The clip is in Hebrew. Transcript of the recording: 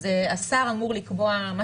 אז השר אמור לקבוע שווי, זה מה